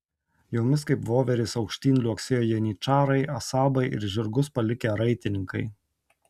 jomis kaip voverės aukštyn liuoksėjo janyčarai asabai ir žirgus palikę raitininkai